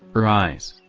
arise!